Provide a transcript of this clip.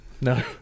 No